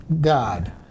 God